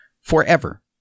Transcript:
forever